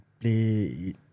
Play